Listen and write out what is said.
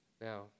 Now